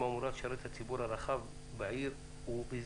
אמורה לשרת את הציבור הרחב בעיר ובסביבותיה.